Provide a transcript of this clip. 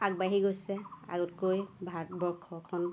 আগবাঢ়ি গৈছে আগতকৈ ভাৰতবৰ্ষখন